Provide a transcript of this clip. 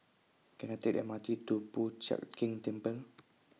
Can I Take The M R T to Po Chiak Keng Temple